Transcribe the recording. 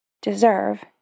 deserve